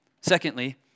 Secondly